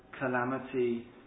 calamity